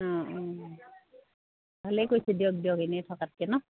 অঁ অঁ ভালেই কৰিছে দিয়ক দিয়ক এনেই থকাতকৈ ন